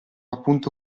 appunto